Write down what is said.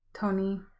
Tony